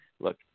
Look